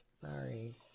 sorry